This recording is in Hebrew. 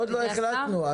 עוד לא החלטנו על כך.